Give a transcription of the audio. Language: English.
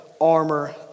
armor